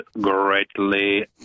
greatly